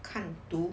看读